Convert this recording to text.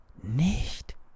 nicht